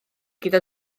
gyda